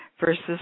versus